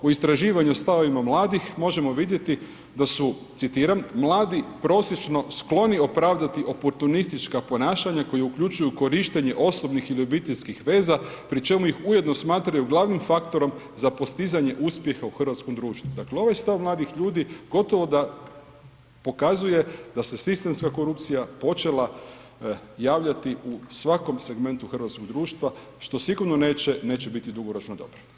U istraživanju o stavovima mladih možemo vidjeti da su, citiram: „Mladi prosječno skloni opravdati oportunistička ponašanja koji uključuju korištenje osobnih ili obiteljskih veza pri čemu ih ujedno smatraju glavnim faktorom za postizanje uspjeha u hrvatskom društvu.“ Dakle, ovaj stav mladih ljudi gotovo da pokazuje da se sistemska korupcija počela javljati u svakom segmentu hrvatskoga društva što sigurno neće biti dugoročno dobro.